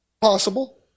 Possible